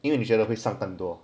因为你觉得会上更多